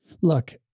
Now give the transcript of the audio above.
Look